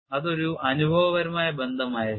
അത് ഒരു അനുഭവപരമായ ബന്ധമായിരുന്നു